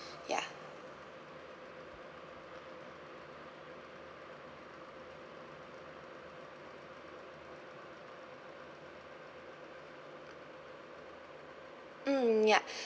ya mm ya